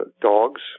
dogs